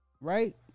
Right